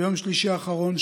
ביום שלישי האחרון,